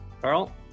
Carl